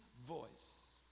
voice